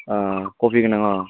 कफि होनांगो